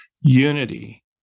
unity